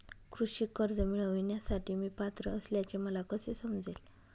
कृषी कर्ज मिळविण्यासाठी मी पात्र असल्याचे मला कसे समजेल?